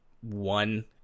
one